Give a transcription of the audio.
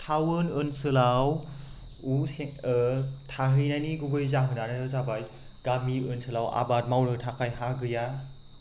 town ओनसोलाव थाहैनायनि गुबै जाहोनानो जाबाय गामि ओनसोलाव आबाद मावनो थाखाय हा गैया